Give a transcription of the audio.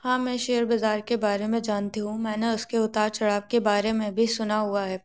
हाँ मैं शेयर बाज़ार के बारे मे जानती हूँ मैंने उसके उतार चढ़ाव के बारे में भी सुना हुआ है